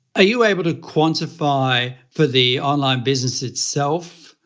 ah you able to quantify for the online business itself,